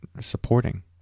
supporting